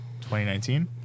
2019